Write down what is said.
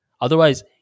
otherwise